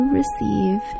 receive